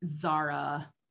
Zara